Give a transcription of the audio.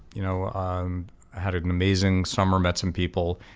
you know um had had an amazing summer. met some people,